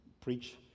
preach